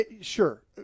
sure